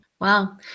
Wow